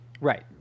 right